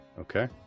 Okay